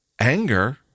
anger